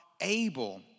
able